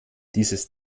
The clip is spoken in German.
dieses